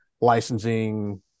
licensing